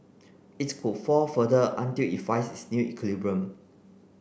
it's could fall further until it find it is new equilibrium